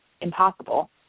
impossible